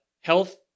health